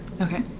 Okay